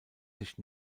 sich